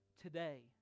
Today